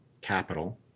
capital